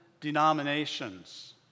denominations